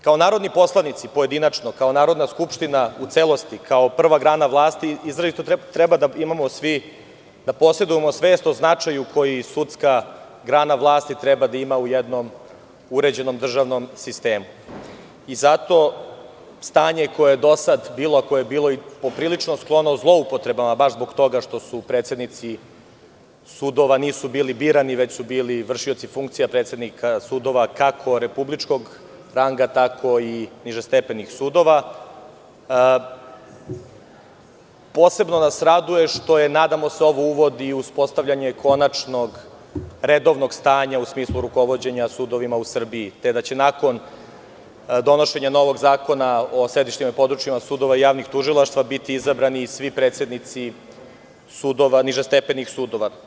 Kao narodni poslanici pojedinačno, kao Narodna skupština u celosti, kao prva grana vlasti treba da imamo svest o značaju koji sudska grana vlasti treba da ima u jednom uređenom državnom sistemu i zato stanje koje je do sada bilo, stanje koje je poprilično sklono zloupotrebama baš zbog toga što nisu predsednici sudova birani, već su bili vršioci funkcija kako republičkog ranga tako i nižestepenih sudova, posebno nas raduje što ovo uvodi i uspostavljanje konačnog redovnog stanja u smislu rukovođenja sudovima u Srbiji, te da će nakon donošenja novog zakona o sedištima i područjima sudova i javnim tužilaštvima biti izabrani i svi predsednici nižestepenih sudova.